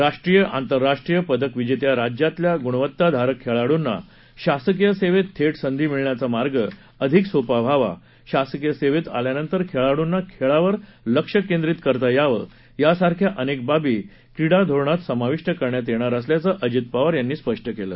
राष्ट्रीय आंतरराष्ट्रीय पदकविजस्ता राज्यातल्या गुणवत्ताधारक खळिडूंना शासकीय सद्या था संधी मिळण्याचा मार्ग अधिक सोपा व्हावा शासकीय सद्या आल्यानंतर खळीडूंना खळीवर लक्ष केंद्रीत करता यावं यासारख्या अनक्वीबाबी क्रीडा धोरणात समाविष्ट करण्यात यप्तीर असल्याचं अजित पवार यांनी सांगितलं